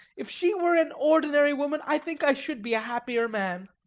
if she were an ordinary woman i think i should be a happier man.